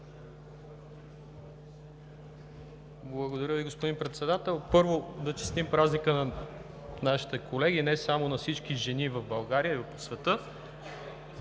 Благодаря Ви, господин Председател. Първо, да честитим празника на нашите колеги, не само на всички жени в България, а и по света.